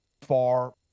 far